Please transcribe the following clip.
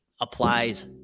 applies